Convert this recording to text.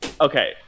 Okay